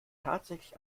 tatsächlich